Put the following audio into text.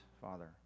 Father